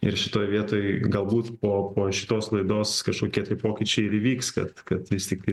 ir šitoj vietoj galbūt po po šitos laidos kažkokie tai pokyčiai ir įvyks kad kad vis tik